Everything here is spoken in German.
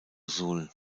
sul